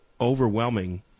overwhelming